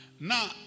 Now